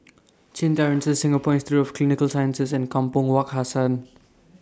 Chin Terrace Singapore Institute For Clinical Sciences and Kampong Wak Hassan